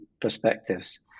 perspectives